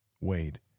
Wade